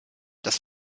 das